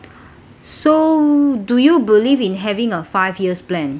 so do you believe in having a five years plan